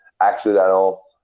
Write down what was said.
accidental